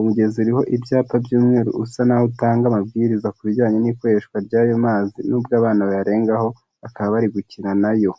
umugezi uriho ibyapa by'umweru usa naho utanga amabwiriza ku bijyanye n'ikoreshwa ry'ayo mazi, nubwo abana bayarengaho bakaba bari gukina nayo.